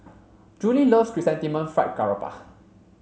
Juli love Chrysanthemum Fried Garoupa